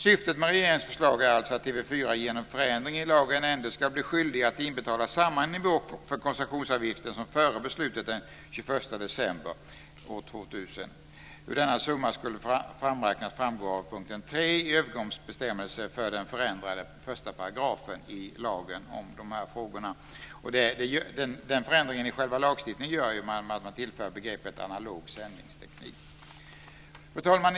Syftet med regeringens förslag är alltså att TV 4 genom förändring i lagen ändå ska bli skyldigt att inbetala samma nivå för koncessionsavgiften som före beslutet den 21 december år 2000. Hur denna summa skulle framräknas framgår av punkt 3 i övergångsbestämmelserna för den förändrade 1 § i lagen om de här frågorna. Förändringen i själva lagstiftningen gör man genom att tillföra begreppet analog sändningsteknik. Fru talman!